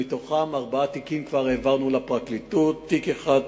מתוכם, ארבעה תיקים כבר העברנו לפרקליטות, תיק אחד